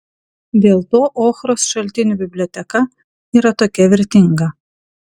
dėl to ochros šaltinių biblioteka yra tokia vertinga